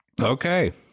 Okay